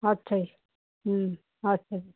ਅੱਛਾ ਜੀ ਅੱਛਾ ਜੀ